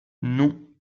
non